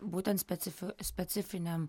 būtent specifi specifiniam